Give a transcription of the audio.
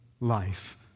life